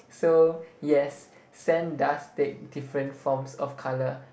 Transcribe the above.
so yes sand does take different forms of colour